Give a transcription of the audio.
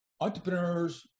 entrepreneurs